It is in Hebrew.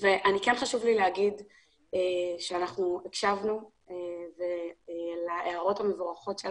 כן חשוב לי לומר שאנחנו הקשבנו להערות המבורכות של